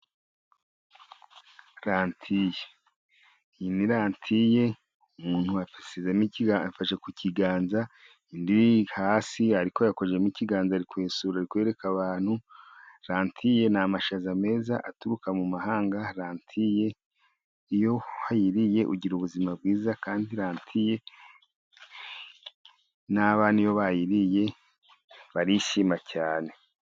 Rantiye, iyi ni rantiye umuntu afashe ku kiganza, indi iri hasi ariko yakojejemo ikiganza. Ari kwesura ari kwereka abantu. Rantiye ni amashaza meza aturuka mu mahanga. Rantiye iyo wayiriye ugira ubuzima bwiza, kandi rantiye n'abana iyo bayiriye barishima cyane.